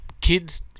kids